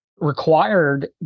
required